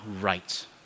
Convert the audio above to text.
right